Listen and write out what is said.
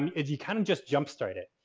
if you kind of just jumpstart it.